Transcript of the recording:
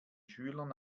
schülern